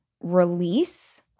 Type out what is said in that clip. release